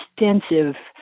extensive